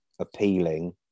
appealing